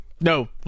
No